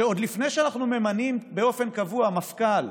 שעוד לפני שאנחנו ממנים באופן קבוע מפכ"ל,